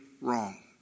wrong